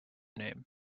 name